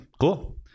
cool